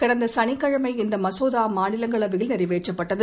கடந்த சனிக்கிழமை இந்த மசோதா மாநிலங்களவையில் நிறைவேற்றப்பட்டது